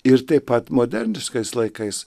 ir taip pat moderniškais laikais